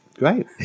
Great